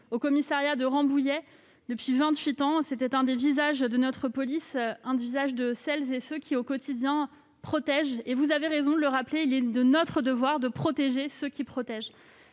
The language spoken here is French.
au commissariat de Rambouillet, depuis vingt-huit ans. C'était l'un des visages de notre police, l'un des visages de ceux qui, au quotidien, protègent. Vous avez raison de le rappeler, il est de notre devoir de protéger ceux qui protègent.